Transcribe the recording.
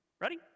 Ready